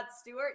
Stewart